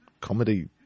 comedy